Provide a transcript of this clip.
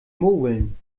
mogeln